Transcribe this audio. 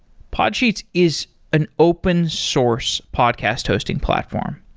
podsheets is an open source podcast hosting platform,